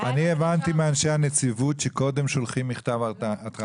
אני הבנתי מאנשי הנציבות שקודם שולחים מכתב התראה.